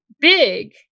big